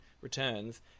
Returns